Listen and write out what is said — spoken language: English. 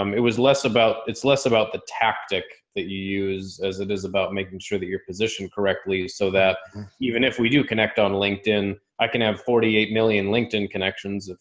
um it was less about, it's less about the tactic that you use as it is about making sure that your p osition correctly so that even if we do connect on linkedin, i can have forty eight million linkedin connections.